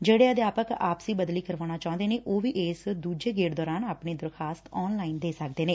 ਜਿਹੜੇ ਅਧਿਆਪਕ ਆਪਸੀ ਬਦਲੀ ਕਰਵਾਉਣਾ ਚਾਹੁੰਦੇ ਨੇ ਉਹ ਵੀ ਇਸ ਦੁਜੇ ਗੇੜ ਦੋਰਾਨ ਆਪਣੀ ਦਰਖਾਸਤ ਆਨ ਲਾਈਨ ਦੇ ਸਕਦੇ ਨੇ